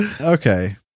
Okay